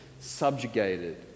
subjugated